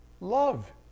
love